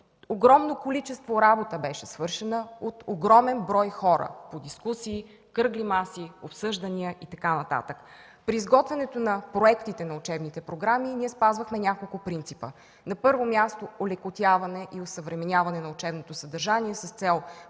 огромно количество работа от огромен брой хора – по дискусии, кръгли маси, обсъждания и така нататък. При изготвянето на проектите на учебните програми ние спазвахме няколко принципа. На първо място, олекотяване и осъвременяване на учебното съдържание с цел по-добра